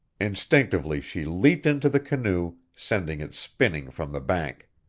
instinctively she leaped into the canoe, sending it spinning from the bank.